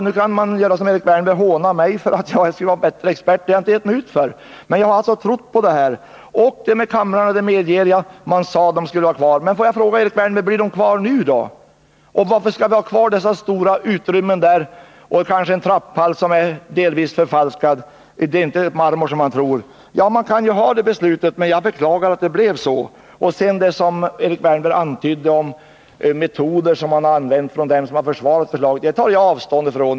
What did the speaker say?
Nu kan man göra som Erik Wärnberg gör: håna mig för att jag skulle anse mig vara en bättre expert. Det har jag inte gett mig ut för att vara, men jag har alltså trott på det här. Jag medger att man då sade att båda kamrarna skulle vara kvar i huset, men får jag fråga Erik Wärnberg: Blir de kvar nu då? Och varför skall vi ha kvar alla dessa stora utrymmen, och kanske en trapphall, som delvis är förfalskad — den är inte av marmor som man tror. Ja, man fattade ju det beslutet, men jag beklagar att det blev så. Sedan till det som Erik Wärnberg antydde om de metoder som vi har använt för att försvara förslaget. Dem tar jag avstånd från.